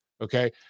okay